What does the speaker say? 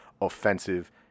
offensive